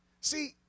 See